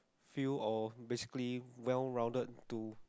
field or basically well rounded to